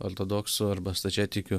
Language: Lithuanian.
ortodoksų arba stačiatikių